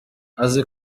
azi